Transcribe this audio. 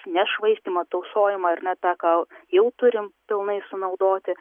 nešvaistymą o tausojimą ar ne tą ką jau turim pilnai sunaudoti